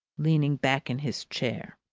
leaning back in his chair.